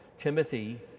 Timothy